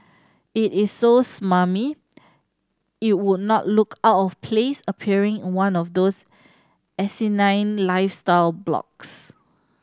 it is so smarmy it would not look out of place appearing in one of those asinine lifestyle blogs